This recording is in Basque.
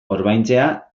orbaintzea